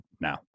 now